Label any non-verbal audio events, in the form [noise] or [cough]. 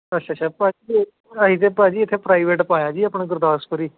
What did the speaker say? ਅੱਛਾ ਅੱਛਾ [unintelligible] ਭਾਅ ਜੀ ਇੱਥੇ ਪ੍ਰਾਈਵੇਟ ਪਾਇਆ ਜੀ ਆਪਣਾ ਗੁਰਦਾਸਪੁਰ ਹੀ